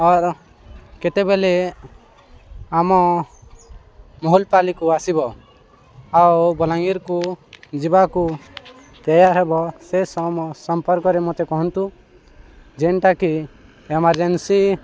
ଆର୍ କେତେବେଲେ ଆମ ମହୁଲ୍ପାଲିକୁ ଆସିବ ଆଉ ବଲାଙ୍ଗୀର୍କୁ ଯିବାକୁ ତେୟାର୍ ହେବ ସେ ସମ୍ପର୍କରେ ମତେ କୁହନ୍ତୁ ଯେନ୍ଟାକି ଏମାର୍ଜେନ୍ସି